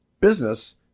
business